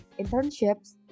internships